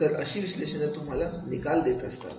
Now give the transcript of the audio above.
तर अशी विश्लेषणे तुम्हाला निकाल देत असतात